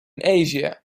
asia